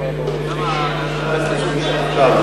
אני מבקש בשם הממשלה להצביע עכשיו.